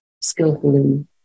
skillfully